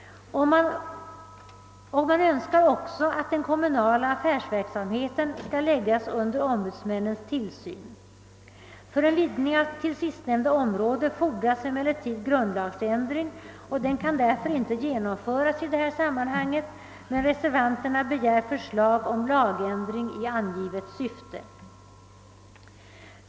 Och man önskar också att den kommunala affärsverksamheten skall läggas under ombudsmännens tillsyn. För en vidgning till sistnämnda område fordras emellertid grundlagsändring, och den kan därför inte genomföras i detta sammanhang, men reservanterna begär förslag om lagändring i angivet syfte.